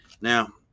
Now